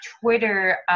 Twitter